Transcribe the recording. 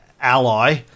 ally